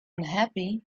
unhappy